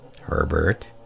Herbert